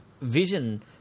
vision